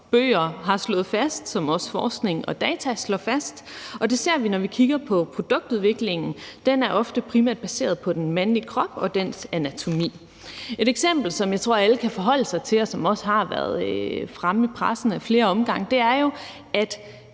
bøger har slået fast, og hvilket også forskning og data slår fast, og det ser vi, når vi kigger på produktudviklingen. Den er ofte primært baseret på den mandlige krop og dens anatomi. Et eksempel, som jeg tror alle kan forholde sig til, og som også har været fremme i pressen ad flere omgange, er jo, at